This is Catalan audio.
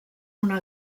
una